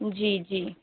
جی جی